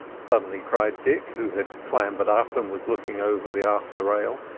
suddenly cried dick, who had clambered up, and was looking over the after-rail.